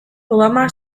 obama